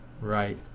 right